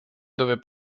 dove